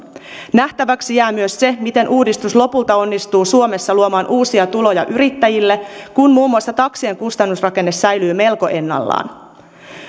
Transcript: nähtäväksi jää myös se miten uudistus lopulta onnistuu suomessa luomaan uusia tuloja yrittäjille kun muun muassa taksien kustannusrakenne säilyy melko ennallaan